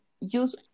use